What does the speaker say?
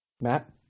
Matt